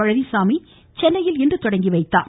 பழனிச்சாமி சென்னையில் இன்று தொடங்கிவைத்தார்